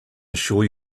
assure